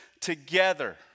together